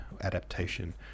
adaptation